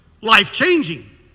life-changing